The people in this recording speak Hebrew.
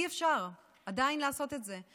עדיין אי-אפשר לעשות את זה.